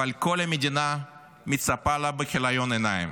אבל כל המדינה מצפה לה בכיליון עיניים.